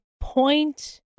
Point